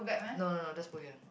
no no no just put here